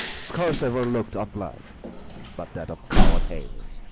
scarce ever look'd on blood but that of coward hares,